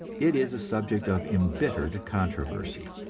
it is a subject of embittered controversy,